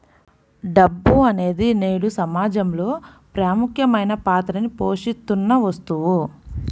డబ్బు అనేది నేడు సమాజంలో ప్రముఖమైన పాత్రని పోషిత్తున్న వస్తువు